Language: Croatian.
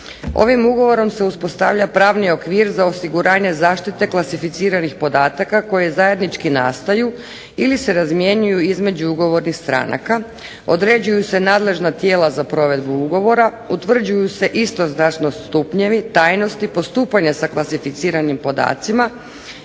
Ovim Ugovorom se uspostavlja pravni okvir za osiguranje zaštite klasificiranih podataka koje zajednički nastaju ili se izmjenjuju između ugovornih stranaka, određuju se nadležna tijela za provedbu ugovora, utvrđuju se istoznačno stupnjevi tajnosti, postupanja sa klasificiranim podacima